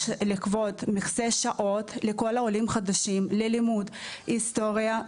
יש לקבוע מכסת שעות לכל העולים החדשים ללימוד היסטוריה,